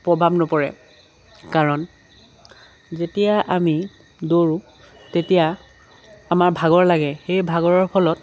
প্ৰভাৱ নপৰে কাৰণ যেতিয়া আমি দৌৰোঁ তেতিয়া আমাৰ ভাগৰ লাগে সেই ভাগৰৰ ফলত